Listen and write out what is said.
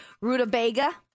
rutabaga